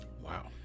Wow